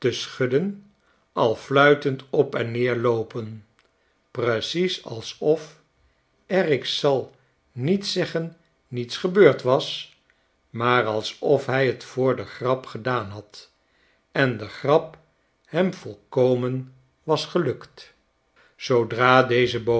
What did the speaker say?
schudden al fluitend op en neer loopen precies alsof er ik zal niet zeggen niets gebeurd was maar alsof hij j t voor de grap gedaan had en de grap hem volkomen was gelukt zoodra deze boot